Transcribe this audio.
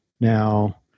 Now